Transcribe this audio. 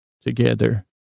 together